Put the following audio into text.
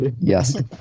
Yes